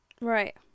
Right